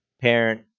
parent